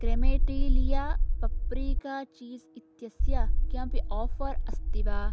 क्रेमेटीलिया paprika cheese इत्यस्य किमपि offer अस्ति वा